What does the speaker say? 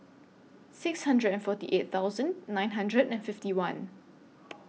six hundred and forty eight thousand nine hundred and fifty one